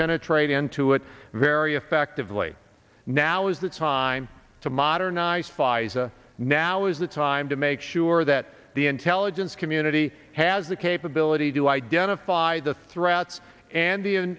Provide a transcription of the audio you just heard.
penetrate into it very effectively now is the time to modernize fizer now is the time to make sure that the intelligence community has the capability to identify the threats and